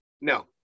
No